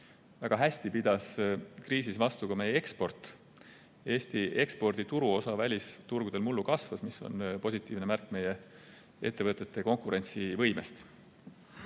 Väga hästi pidas kriisis vastu ka meie eksport. Eesti ekspordi turuosa välisturgudel mullu kasvas, mis on positiivne märk meie ettevõtete konkurentsivõimest.